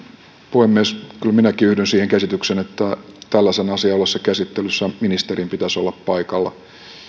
puhemies kyllä minäkin yhdyn siihen käsitykseen että tällaisen asian ollessa käsittelyssä ministerin pitäisi olla paikalla